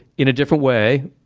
in a different way,